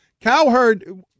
Cowherd